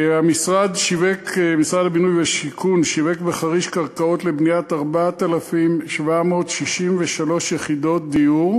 משרד הבינוי והשיכון שיווק בחריש קרקעות לבניית 4,763 יחידות דיור,